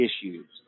issues –